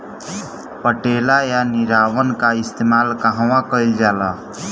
पटेला या निरावन का इस्तेमाल कहवा कइल जाला?